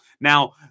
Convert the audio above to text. Now